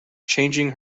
changing